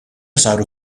saru